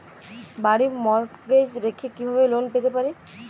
বাড়ি মর্টগেজ রেখে কিভাবে লোন পেতে পারি?